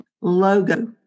logo